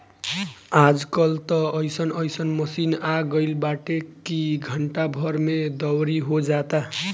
आज कल त अइसन अइसन मशीन आगईल बाटे की घंटा भर में दवरी हो जाता